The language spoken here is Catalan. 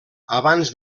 abans